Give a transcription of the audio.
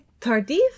Tardif